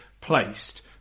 placed